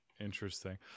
interesting